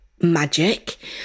magic